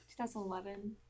2011